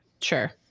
sure